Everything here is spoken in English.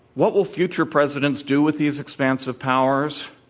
what will future presidents do with these expansive powers?